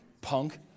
Punk